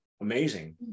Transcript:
amazing